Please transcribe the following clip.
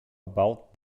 about